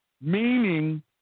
meaning